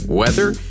weather